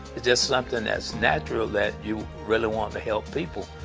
it's just something that's natural that you really want to help people.